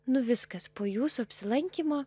nu viskas po jūsų apsilankymo